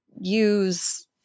use